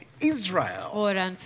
Israel